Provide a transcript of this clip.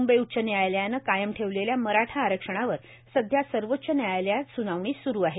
मुंबई उच्च न्यायालयानं कायम ठेवलेल्या मराठा आरक्षणावर सध्या सर्वोच्च न्यायालयात सूनावणी सूरू आहे